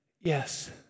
yes